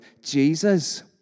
Jesus